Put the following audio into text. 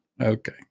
Okay